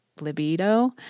libido